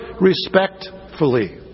respectfully